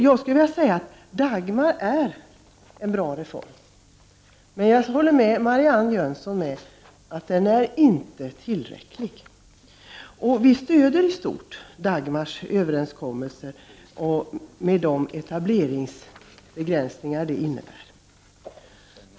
Jag skulle vilja säga att Dagmar är en bra reform, men jag håller med Marianne Jönsson om att den inte är tillräcklig. Vi stöder i stort Dagmaröverenskommelsen, med de etableringsbegränsningar den innebär.